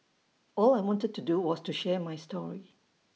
all I wanted to do was to share my story